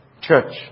Church